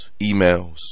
Emails